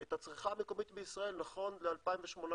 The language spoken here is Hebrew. את הצריכה המקומית בישראל נכון ל-2018,